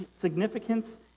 significance